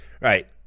right